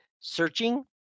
searching